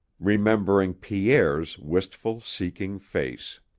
remembering pierre's wistful, seeking face.